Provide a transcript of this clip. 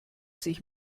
sich